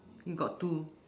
you got two